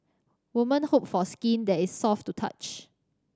woman hope for skin that is soft to touch